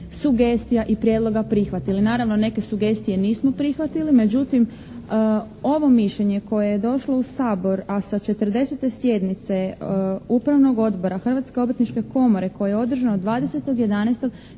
sugestija i prijedloga prihvatili. Naravno, neke sugestije nismo prihvatili međutim ovo mišljenje koje je došlo u Sabor a sa 40. sjednice Upravnog odbora Hrvatske obrtničke komore koje je održano 20.11.